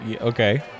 okay